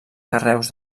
carreus